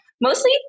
mostly